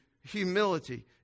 humility